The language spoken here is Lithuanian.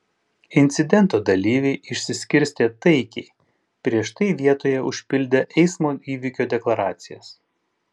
incidento dalyviai išsiskirstė taikiai prieš tai vietoje užpildę eismo įvykio deklaracijas